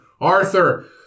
Arthur